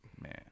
man